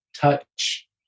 touch